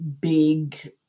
big